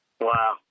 Wow